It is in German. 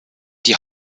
die